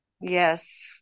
Yes